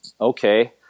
okay